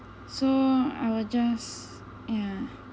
so I will just ya